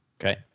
Okay